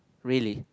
really